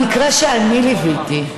המקרה שאני ליוויתי,